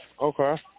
Okay